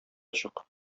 чык